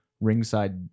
ringside